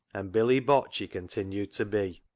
and billy botch he continued to be.